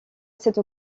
cette